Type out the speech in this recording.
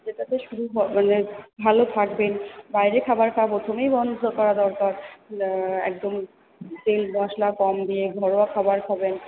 যেটাতে শুরু মানে ভালো থাকবেন বাইরের খাবার খাওয়া প্রথমেই বন্ধ করা দরকার একদম তেল মশলা কম দিয়ে ঘরোয়া খাবার খাবেন